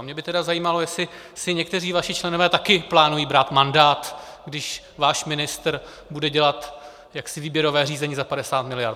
A mě by tedy zajímalo, jestli si někteří vaši členové také plánují brát mandát, když váš ministr bude dělat jaksi výběrové řízení za 50 miliard.